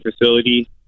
facility